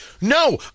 No